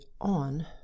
on